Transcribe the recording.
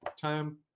time